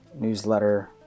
newsletter